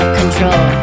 control